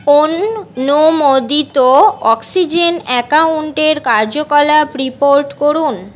অননুমোদিত oxygen অ্যাকাউন্টের কার্যকলাপ report করুন